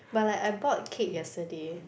but like I bought cake yesterday